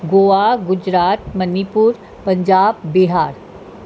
Goa Gujarat Manipur Punjab Bihar